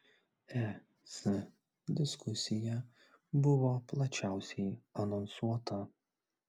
es diskusija buvo plačiausiai anonsuota